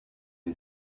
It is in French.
des